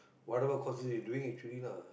whatever courses you doing actually lah